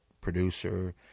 producer